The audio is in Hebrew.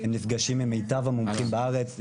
הם נפגשים עם מיטב המומחים בארץ,